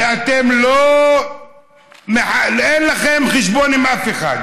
ואתם לא, אין לכם חשבון עם אף אחד.